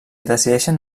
decideixen